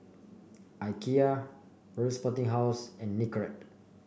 Ikea Royal Sporting House and Nicorette